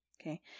Okay